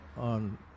on